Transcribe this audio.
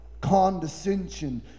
condescension